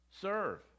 serve